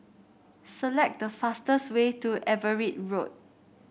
select the fastest way to Everitt Road